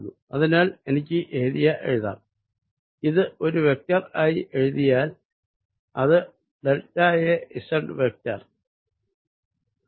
അതിനാൽ എനിക്കീ ഏരിയ എഴുതാം ഇത് ഒരു വെക്ടർ ആയി എഴുതിയാൽ അത് ഡെൽറ്റ a z വെക്ടർ ആണ്